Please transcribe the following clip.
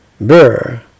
Burr